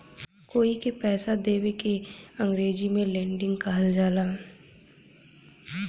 कोई के पइसा देवे के अंग्रेजी में लेंडिग कहल जाला